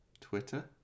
Twitter